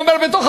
מאתנו.